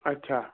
अच्छा